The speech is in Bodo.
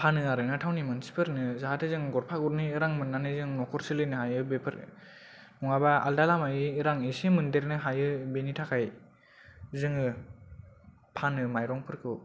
फानो आरोना टाउननि मानसिफो्रनो जाहाथे जों गरफा गरनै रां मोननानै जों नखर सोलिनो हायो बेफोर नङाबा आलदा लामानि रां एसे मोन्देरनो हायो बेनि थाखाय जोङो फानो मायरंफोरखौ